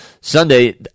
Sunday